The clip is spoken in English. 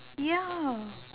ya